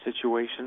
situation